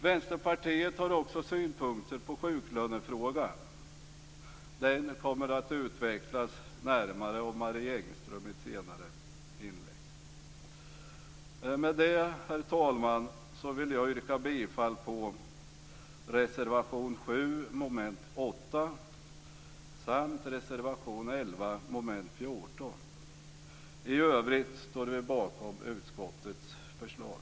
Vänsterpartiet har också synpunkter på sjuklönefrågan, och detta kommer att utvecklas närmare av Med det, herr talman, vill jag yrka bifall till reservation 7, under mom. 8, samt till reservation 11, under mom. 14. I övrigt står vi bakom utskottets förslag.